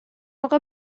اقا